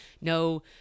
no